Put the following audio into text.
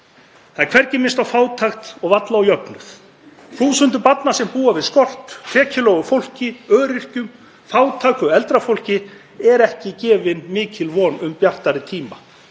Það er hvergi minnst á fátækt og varla á jöfnuð. Þúsundum barna sem búa við skort, tekjulágu fólki, öryrkjum, fátæku eldra fólki er ekki gefin mikil von um bjartari tíma.